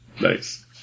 Nice